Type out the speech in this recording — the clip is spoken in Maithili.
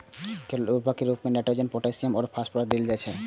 एकल उर्वरक के रूप मे नाइट्रोजन या पोटेशियम या फास्फोरस देल जाइ छै